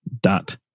dot